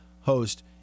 host